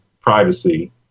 privacy